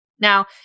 Now